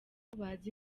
bazi